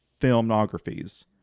filmographies